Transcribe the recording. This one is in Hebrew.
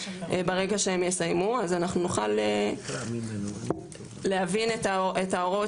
ברגע שהם יסיימו אז אנחנו נוכל להבין את ההוראות